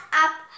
up